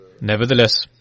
Nevertheless